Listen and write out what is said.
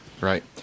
right